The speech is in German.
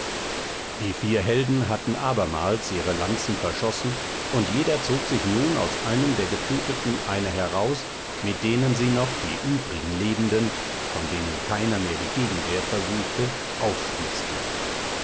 die vier helden hatten abermals ihre lanzen verschossen und jeder zog sich nun aus einem der getöteten eine heraus mit denen sie noch die übrigen lebenden von denen keiner mehr die gegenwehr versuchte aufspießten